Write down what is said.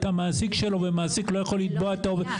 המעסיק שלו ומעסיק לא יכול לתבוע את העובד,